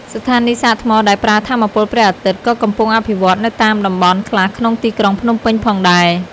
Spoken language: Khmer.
ស្ថានីយ៍សាកថ្មដែលប្រើថាមពលព្រះអាទិត្យ ក៏កំពុងអភិវឌ្ឍនៅតាមតំបន់ខ្លះក្នុងទីក្រុងភ្នំពេញផងដែរ។